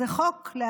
זה חוק להלבנת